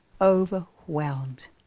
overwhelmed